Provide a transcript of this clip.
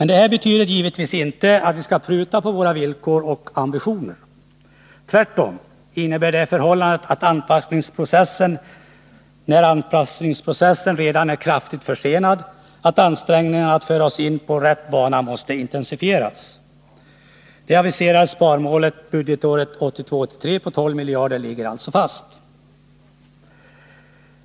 Det betyder givetvis inte att vi skall pruta på våra villkor och ambitioner. Tvärtom innebär det förhållandet att anpassningsprocessen redan är kraftigt försenad, att ansträngningarna att föra oss in på rätt bana måste intensifieras. De aviserade sparmålen budgetåret 1982/83 på 12 miljarder ligger alltså fast.